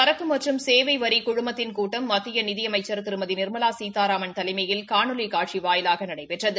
சரக்கு மற்றும் கேவை வரிக் குழுமத்தின் கூட்டம் மத்திய நிதி அமைச்ச் திருமதி நிா்மலா சீதாராமன் தலைமையில் காணொலி காட்சி வாயிலாக நடைபெற்றது